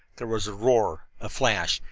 there was a roar, a flash,